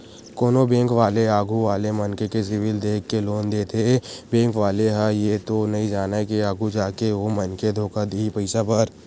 कोनो बेंक वाले आघू वाले मनखे के सिविल देख के लोन देथे बेंक वाले ह ये तो नइ जानय के आघु जाके ओ मनखे धोखा दिही पइसा बर